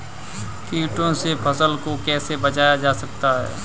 कीटों से फसल को कैसे बचाया जा सकता है?